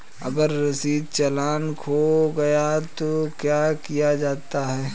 अगर रसीदी चालान खो गया तो क्या किया जाए?